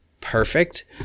perfect